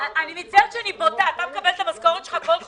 --- אתה מקבל את המשכורת שלך בעוד חודש?